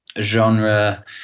genre